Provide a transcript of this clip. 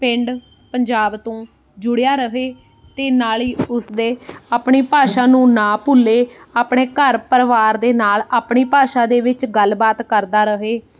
ਪਿੰਡ ਪੰਜਾਬ ਤੋਂ ਜੁੜਿਆ ਰਹੇ ਅਤੇ ਨਾਲ ਹੀ ਉਸਦੇ ਆਪਣੀ ਭਾਸ਼ਾ ਨੂੰ ਨਾ ਭੁੱਲੇ ਆਪਣੇ ਘਰ ਪਰਿਵਾਰ ਦੇ ਨਾਲ ਆਪਣੀ ਭਾਸ਼ਾ ਦੇ ਵਿੱਚ ਗੱਲਬਾਤ ਕਰਦਾ ਰਹੇ